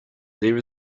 there